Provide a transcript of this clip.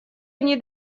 они